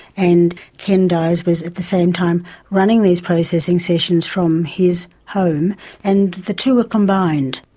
and ken dyers was at the same time running these processing sessions from his home and the two were combined.